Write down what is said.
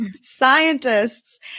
scientists